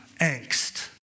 angst